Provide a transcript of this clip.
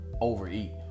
overeat